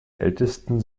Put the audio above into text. ältesten